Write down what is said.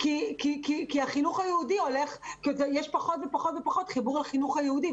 כי יש פחות ופחות חיבור לחינוך היהודי,